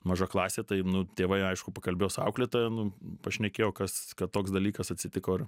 maža klasė tai nu tėvai aišku pakalbėjo su auklėtoja nu pašnekėjo kas kad toks dalykas atsitiko ir